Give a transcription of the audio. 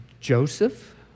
Joseph